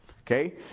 Okay